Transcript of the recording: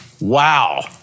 Wow